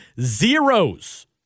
zeros